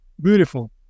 Beautiful